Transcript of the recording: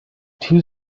two